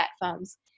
platforms